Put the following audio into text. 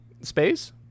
Space